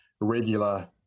regular